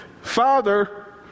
Father